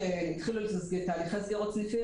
כשהתחילו תהליכי סגירת סניפים,